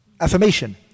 Affirmation